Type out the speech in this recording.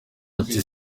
ati